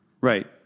Right